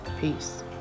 Peace